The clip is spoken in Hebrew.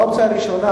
האופציה הראשונה,